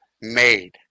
made